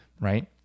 Right